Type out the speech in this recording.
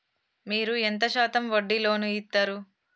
మీరు ఎంత శాతం వడ్డీ లోన్ ఇత్తరు?